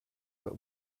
but